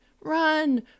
RUN